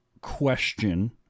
question